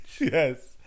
Yes